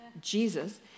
Jesus